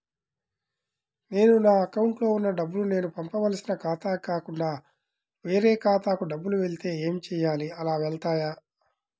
నేను నా అకౌంట్లో వున్న డబ్బులు నేను పంపవలసిన ఖాతాకి కాకుండా వేరే ఖాతాకు డబ్బులు వెళ్తే ఏంచేయాలి? అలా వెళ్తాయా?